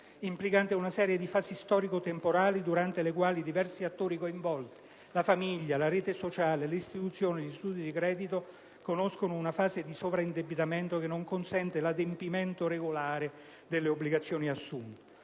implicante una serie di fasi storico-temporali durante le quali i diversi attori coinvolti (la famiglia, la rete sociale, le istituzioni, gli istituti di credito) conoscono una fase di sovraindebitamento che non consente l'adempimento regolare delle obbligazioni assunte.